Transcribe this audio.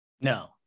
No